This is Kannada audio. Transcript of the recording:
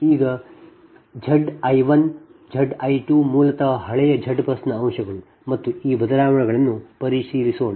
ಈಗ ಈ Z i1 Z i2 ಮೂಲತಃ ಹಳೆಯ Z BUS ನ ಅಂಶಗಳು ಮತ್ತು ಈ ಬದಲಾವಣೆಗಳನ್ನು ಪರಿಶೀಲಿಸೊಣ